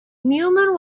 newman